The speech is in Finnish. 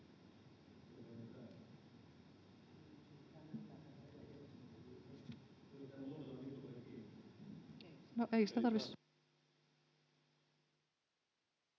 Kiitos,